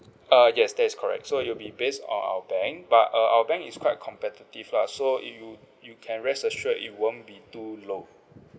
uh yes that is correct so you'll be based on our bank but uh our bank is quite competitive lah so if you you can rest assure it won't be too low